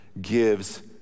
gives